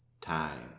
time